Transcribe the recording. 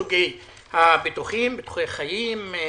אולי חצי שנה, שנה.